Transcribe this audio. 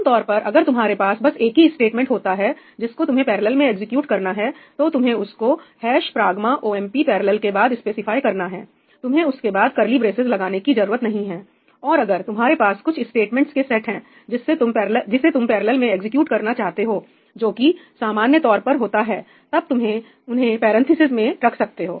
आमतौर पर अगर तुम्हारे पास बस एक ही स्टेटमेंट होता है जिसको तुम्हें पैरेलल में एग्जीक्यूट करना है तो तुम्हें उसको 'प्राग्मा ओएमपी पैरेलल' के बाद स्पेसिफाई करना है तुम्हें उसके बाद करली ब्रेसेज लगाने की जरूरत नहीं है और अगर तुम्हारे पास कुछ स्टेटमेंट्स के सेट हैं जिसे तुम पैरेलल में एग्जीक्यूट करना चाहते हो जो कि सामान्य तौर पर होता है तब तुम उन्हें पेरेंनथिसिज में रख सकते हो